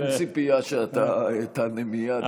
אין ציפייה שאתה תענה מייד אם אין את הנתונים.